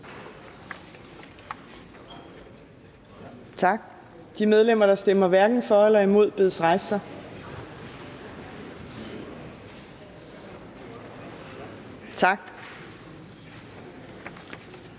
Tak. De medlemmer, der stemmer hverken for eller imod, bedes rejse sig. Tak.